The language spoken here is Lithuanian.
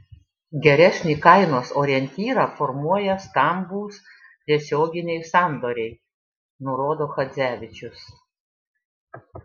geresnį kainos orientyrą formuoja stambūs tiesioginiai sandoriai nurodo chadzevičius